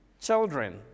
Children